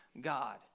God